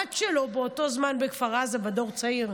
הבת שלו באותו הזמן בכפר עזה, בדור צעיר.